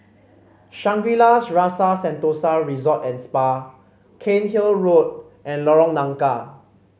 Shangri La's Rasa Sentosa Resort and Spa Cairnhill Road and Lorong Nangka